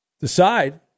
decide